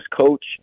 coach